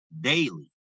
daily